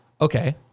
okay